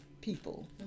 people